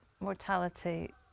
mortality